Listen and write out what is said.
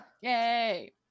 Yay